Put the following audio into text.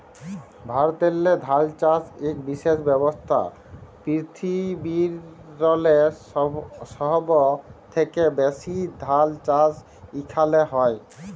ভারতেল্লে ধাল চাষ ইক বিশেষ ব্যবসা, পিরথিবিরলে সহব থ্যাকে ব্যাশি ধাল চাষ ইখালে হয়